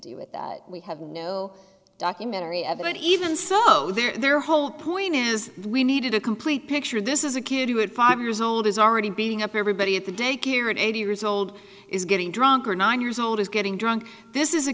do with that we have no documentary about even saw their whole point is we needed a complete picture this is a kid who had five years old is already being up everybody at the daycare at eighty years old is getting drunk or nine years old is getting drunk this is a